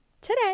today